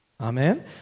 Amen